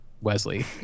Wesley